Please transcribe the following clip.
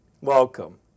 welcome